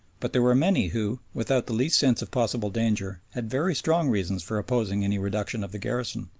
but there were many who, without the least sense of possible danger, had very strong reasons for opposing any reduction of the garrison.